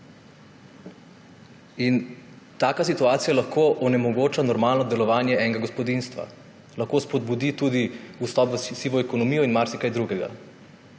Taka situacija lahko onemogoča normalno delovanje enega gospodinjstva. Lahko spodbudi tudi vstop v sivo ekonomijo in marsikaj drugega.